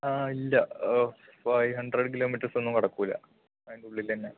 ആ ഇല്ല five hundred kilometres ഒന്നും കടക്കില്ല അതിൻ്റെ ഉള്ളിൽ തന്നെ